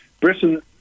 Britain